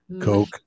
Coke